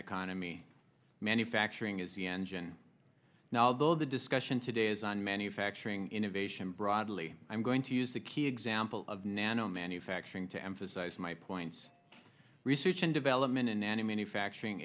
economy manufacturing is the engine now though the discussion today is on manufacturing innovation broadly i'm going to use the key example of nano manufacturing to emphasize my points research and development and